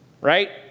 right